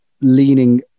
leaning